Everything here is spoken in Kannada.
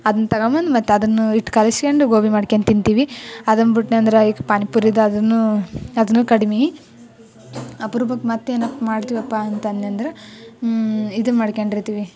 ಅದುನ್ನ ತಗೊಬಂದ್ ಮತ್ತು ಅದನ್ನು ಹಿಟ್ ಕಲಸ್ಕೊಂಡು ಗೋಬಿ ಮಾಡ್ಕೊಂಡ್ ತಿಂತೀವಿ ಅದನ್ನು ಬಿಟ್ನಂದ್ರೆ ಈಗ ಪಾನಿಪುರಿದು ಅದನ್ನೂ ಅದನ್ನು ಕಡಿಮೆ ಅಪ್ರೂಪಕ್ಕೆ ಮತ್ತು ಏನಪ್ಪ ಮಾಡ್ತೀವಪ್ಪಾ ಅಂತ ಅಂದೆನಂದ್ರ ಇದುನ್ನು ಮಾಡ್ಕೊಂಡಿರ್ತಿವಿ